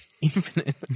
infinite